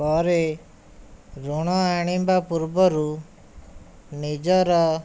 ପରେ ଋଣ ଆଣିବା ପୂର୍ବରୁ ନିଜର